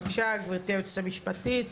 בבקשה, גברתי היועצת המשפטית.